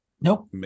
nope